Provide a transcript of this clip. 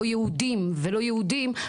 לא יהודים ולא יהודים,